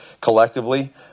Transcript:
collectively